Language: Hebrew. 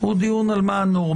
הוא דיון על מה הנורמה.